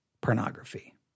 pornography